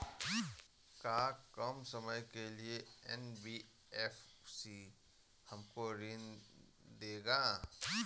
का कम समय के लिए एन.बी.एफ.सी हमको ऋण देगा?